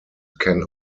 can